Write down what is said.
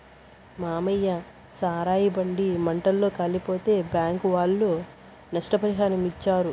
మాయన్న సారాయి బండి మంటల్ల కాలిపోతే బ్యాంకీ ఒళ్ళు నష్టపరిహారమిచ్చారు